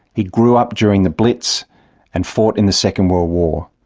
he grew up during the blitz and fought in the second world war.